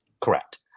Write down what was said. Correct